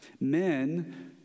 men